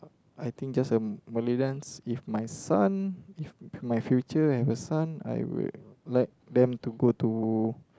I think just a Malay dance if my son if my future have a son I would like them to go to